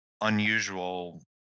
unusual